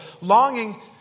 longing